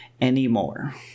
anymore